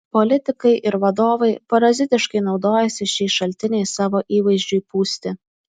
politikai ir vadovai parazitiškai naudojasi šiais šaltiniais savo įvaizdžiui pūsti